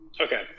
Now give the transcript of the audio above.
Okay